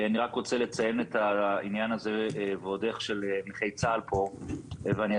אני רק רוצה לציין פה את עניין נכי צה"ל, ואסביר.